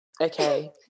okay